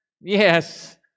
Yes